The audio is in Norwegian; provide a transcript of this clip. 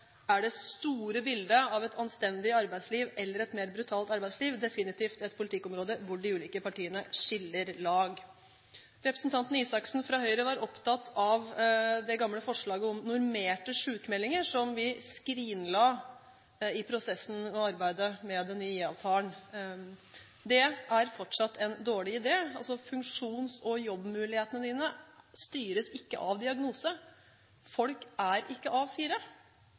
er det store bildet av et anstendig arbeidsliv eller et mer brutalt arbeidsliv definitivt et politikkområde hvor de ulike partiene skiller lag. Representanten Røe Isaksen fra Høyre var opptatt av det gamle forslaget om normerte sykmeldinger, som vi skrinla i prosessen med arbeidet om den nye IA-avtalen. Det er fortsatt en dårlig idé. Funksjons- og jobbmulighetene styres ikke av diagnose, folk er ikke